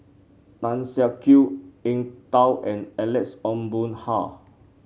Tan Siak Kew Eng Tow and Alex Ong Boon Hau